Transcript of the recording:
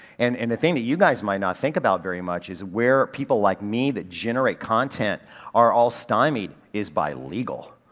and, and the thing that you guys might not think about very much is where people like me that generate content are all stymied is by legal.